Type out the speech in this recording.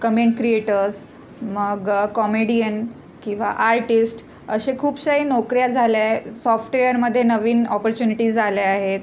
comment creators मग comedian किंवा artist अशा खूपशाई नोकऱ्या झाल्याय सॉफ्टवेअरमध्ये नवीन ऑपॉर्च्युनिटीज आल्या आहेत